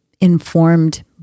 informed